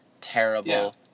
terrible